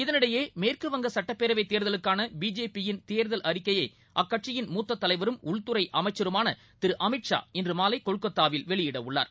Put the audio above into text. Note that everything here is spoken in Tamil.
இதனிடையேமேற்குவங்கசட்டப்பேரவைதேர்தலுக்கானபிஜேபியின் தேர்தல் அறிக்கைய அக்கட்சியின் மூத்ததலைவரும் உள்துறைஅமைச்சருமானதிருஅமித் ஷா இன்றுமாலைகொல்கத்தாவில் வெளியிடவுள்ளார்